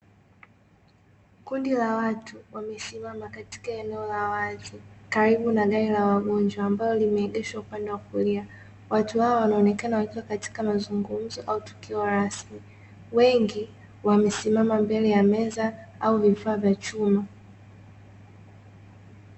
Kundi la watu wamesimama katika eneo la wazi karibu na gari la wagonjwa ambalo limeegeshwa upande wa kulia, Watu hawa wanaonekana wakiwa katika mazungumzo au tukio lasmi, Wengi wamesimama mbele ya meza au vifaa vya chuma.